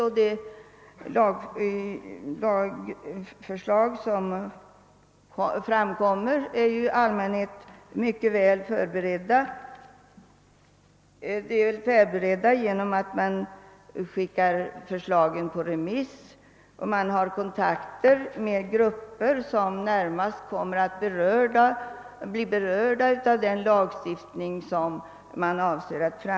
Andra lagförslag som framläggs är i allmänhet mycket väl förberedda; de har skickats ut på remiss, och man har haft kontakter med de grupper som närmast kommer att beröras av den föreslagna lagstiftningen.